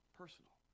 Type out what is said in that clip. personal